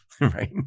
right